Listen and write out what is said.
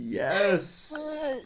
Yes